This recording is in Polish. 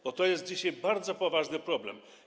Bo to jest dzisiaj bardzo poważny problem.